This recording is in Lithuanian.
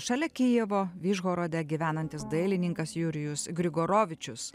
šalia kijevo vižgorode gyvenantis dailininkas jurijus grigoravičius